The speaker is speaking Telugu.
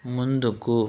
ముందుకు